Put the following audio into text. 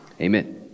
Amen